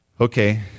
okay